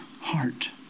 heart